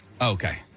okay